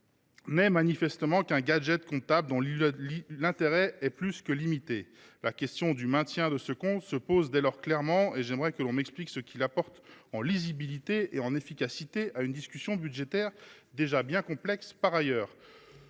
n’est manifestement qu’un gadget comptable à l’intérêt plus que limité. La question de son maintien se pose dès lors clairement et j’aimerais que l’on m’explique ce qu’il apporte en lisibilité et en efficacité à une discussion budgétaire déjà bien complexe. Ce n’est